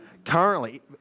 currently